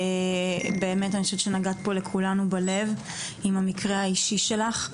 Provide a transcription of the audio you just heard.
באמת אני חושבת שנגעת פה לכולנו בלב עם המקרה האישי שלך,